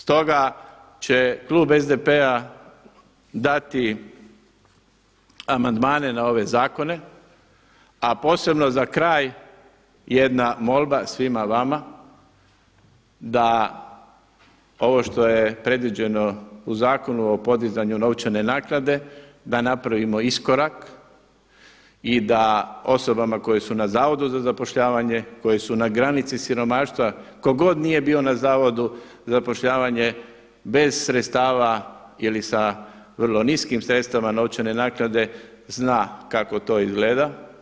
Stoga će klub SDP-a dati amandmane na ove zakone a posebno za kraj jedna molba svima vama da ovo što je predviđeno u Zakonu o podizanju novčane naknade da napravimo iskorak i da osobama koje su na zavodu za zapošljavanje, koje su na granici siromaštva, tko god nije bio na zavodu za zapošljavanje bez sredstava ili sa vrlo niskim sredstvima novčane naknade zna kako to izgleda.